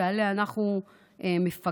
ועליה אנחנו מפקחים.